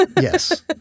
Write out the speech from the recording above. Yes